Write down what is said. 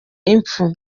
impfu